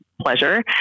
pleasure